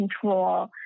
control